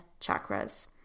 chakras